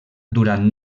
durant